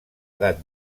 edat